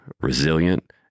resilient